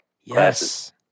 Yes